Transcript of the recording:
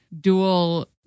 dual